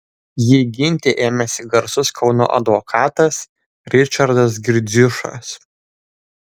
jį ginti ėmėsi garsus kauno advokatas ričardas girdziušas